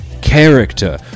character